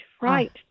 right